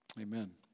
Amen